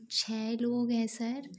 छः लोग है सर